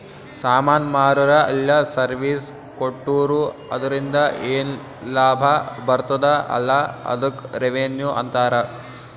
ಸಾಮಾನ್ ಮಾರುರ ಇಲ್ಲ ಸರ್ವೀಸ್ ಕೊಟ್ಟೂರು ಅದುರಿಂದ ಏನ್ ಲಾಭ ಬರ್ತುದ ಅಲಾ ಅದ್ದುಕ್ ರೆವೆನ್ಯೂ ಅಂತಾರ